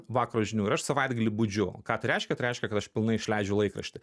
vakaro žinių ir aš savaitgalį budžiu ką tai reiškia tai reiškia kad aš pilnai išleidžiu laikraštį